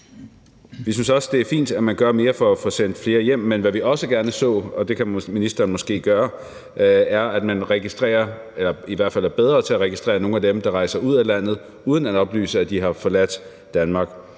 Vi synes også, det er fint, at man gør mere for at få sendt flere hjem, men hvad vi også gerne så – og det kan ministeren måske gøre – er, at man registrerer eller i hvert fald er bedre til at registrere nogle af dem, der rejser ud af landet uden at oplyse, at de har forladt Danmark.